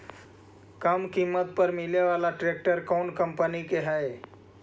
कम किमत पर मिले बाला ट्रैक्टर कौन कंपनी के है?